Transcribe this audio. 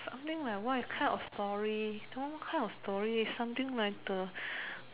something like what kind of story don't know what kind of story something like a